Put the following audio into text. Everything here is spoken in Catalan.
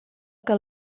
que